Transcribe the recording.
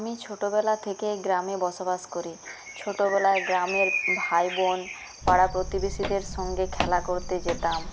আমি ছোটোবেলা থেকে গ্রামে বসবাস করি ছোটোবেলায় গ্রামের ভাই বোন পাড়া প্রতিবেশীদের সঙ্গে খেলা করতে যেতাম